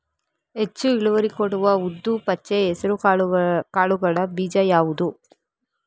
ಹೆಚ್ಚು ಇಳುವರಿ ಕೊಡುವ ಉದ್ದು, ಪಚ್ಚೆ ಹೆಸರು ಕಾಳುಗಳ ಬೀಜ ಯಾವುದು?